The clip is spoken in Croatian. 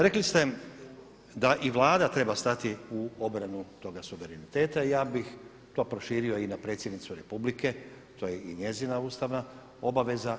Rekli ste da i Vlada treba stati u obranu toga suvereniteta, ja bih to proširio i na predsjednicu Republike, to je i njezina ustavna obaveza.